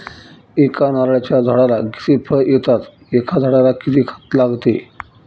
एका नारळाच्या झाडाला किती फळ येतात? एका झाडाला किती खत लागते?